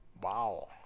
Wow